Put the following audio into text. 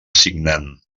signant